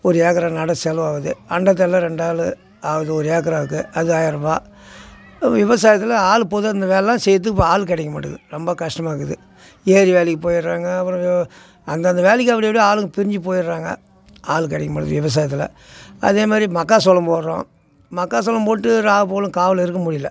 ஒரு ஏக்கரை நட செலவாகுது அண்டை தள்ள ரெண்டு ஆள் அது ஒரு ஏக்கராக்கு அது ஆயர்ரூபா விவசாயத்தில் ஆள் பொதுவாக இந்த வேலைலாம் செய்யறதுக்கு இப்போ ஆள் கிடைக்க மாட்டுது ரொம்ப கஸ்டமாக இருக்குது ஏரி வேலைக்கு போயிடுறாங்க அப்புறம் அந்தந்த வேலைக்கு அப்படி அப்படியே ஆளுங்க பிரிஞ்சு போயிடுறாங்க ஆள் கிடைக்க மாட்டுது விவசாயத்தில் அதே மாதிரி மக்கா சோளம் போடுறோம் மக்கா சோளம் போட்டு ராவும்பகலும் காவல் இருக்க முடியல